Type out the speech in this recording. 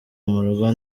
murugo